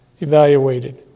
evaluated